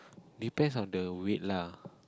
depends on the weight lah